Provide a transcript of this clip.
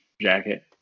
jacket